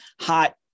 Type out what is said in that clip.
hot